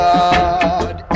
God